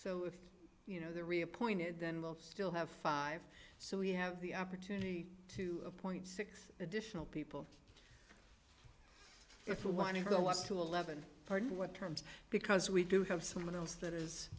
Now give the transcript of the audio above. so if you know the reappointed then we'll still have five so we have the opportunity to appoint six additional people if we want to go to eleven for what terms because we do have someone else that is